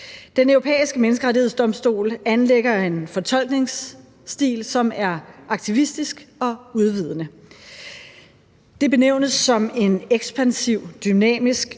Den Europæiske Menneskerettighedsdomstol anlægger en fortolkningsstil, som er aktivistisk og udvidende. Det benævnes som en ekspansiv, dynamisk